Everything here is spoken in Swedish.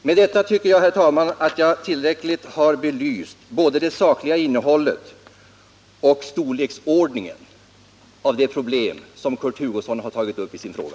Med detta tycker jag, herr talman, att jag tillräckligt har belyst både det sakliga innehållet i och storleksordningen av det problem som Kurt Hugosson tagit upp i sin fråga.